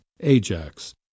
Ajax